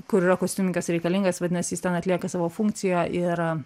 kur yra kostiumininkas reikalingas vadinasi jis ten atlieka savo funkciją ir